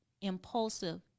impulsive